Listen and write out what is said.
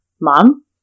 Mom